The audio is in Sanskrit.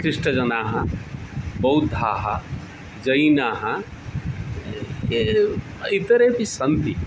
क्लिष्टजनाः बौद्धाः जैनाः इतरे सन्ति